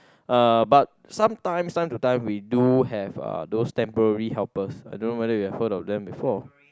uh but sometimes time to time we do have uh those temporary helpers I don't know whether you have heard of them before